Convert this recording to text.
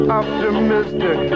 optimistic